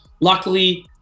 Luckily